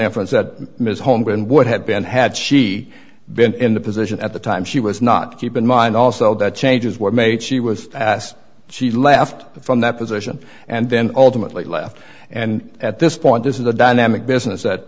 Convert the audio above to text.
inference that ms holmgren would have been had she been in the position at the time she was not keep in mind also that changes were made she was asked she left from that position and then ultimately left and at this point this is a dynamic business that